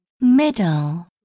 Middle